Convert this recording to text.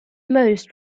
most